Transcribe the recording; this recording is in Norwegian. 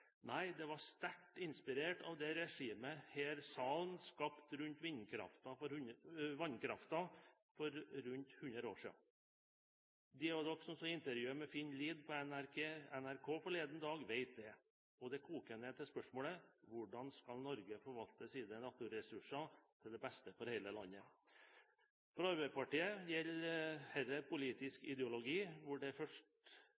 Nei, det var sterkt inspirert av det regimet denne salen skapte rundt vannkraften for rundt hundre år siden. De av dere som så intervjuet med Finn Lied på NRK forleden dag, vet det. Og det koker ned til spørsmålet: Hvordan skal Norge forvalte sine naturressurser til det beste for hele landet? For Arbeiderpartiet gjelder